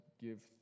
give